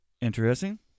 interesting